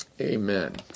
Amen